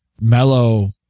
mellow